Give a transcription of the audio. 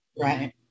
Right